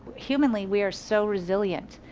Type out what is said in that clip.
humanly we are so resilient.